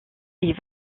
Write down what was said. est